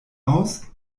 aus